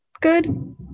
good